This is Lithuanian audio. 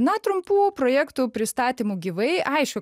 na trumpų projektų pristatymų gyvai aišku